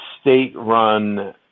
state-run